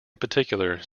particular